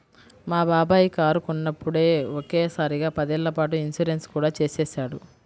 మా బాబాయి కారు కొన్నప్పుడే ఒకే సారిగా పదేళ్ళ పాటు ఇన్సూరెన్సు కూడా చేసేశాడు